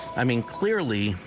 i mean, clearly,